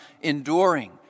enduring